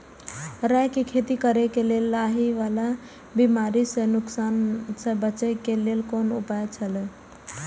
राय के खेती करे के लेल लाहि वाला बिमारी स नुकसान स बचे के लेल कोन उपाय छला?